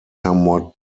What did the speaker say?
somewhat